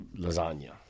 lasagna